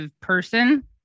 person